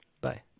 Bye